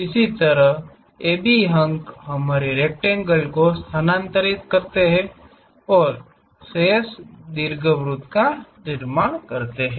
इस तरह AB अंक हमारी रेक्टेंगल को स्थानांतरित करते हैं और शेष दीर्घवृत्त का निर्माण करते हैं